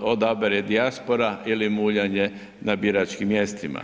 odabere dijaspora ili muljanje na biračkim mjestima.